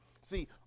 See